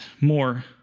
more